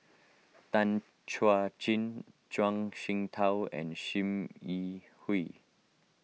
Tan Chuan Jin Zhuang Shengtao and Sim Yi Hui